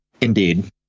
indeed